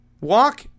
Walk